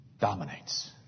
dominates